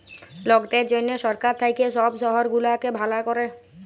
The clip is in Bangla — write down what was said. লকদের জনহ সরকার থাক্যে সব শহর গুলাকে ভালা ক্যরে